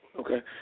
Okay